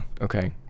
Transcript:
okay